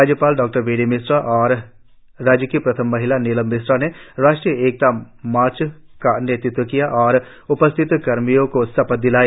राज्यपाल डॉ B D Mishra और राज्य की प्रथम महिला नीलम मिश्रा ने राष्ट्रीय एकता मार्च का नेतृत्व किया और उपस्थित कर्मियों को शपथ दिलाई